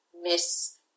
miss